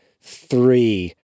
three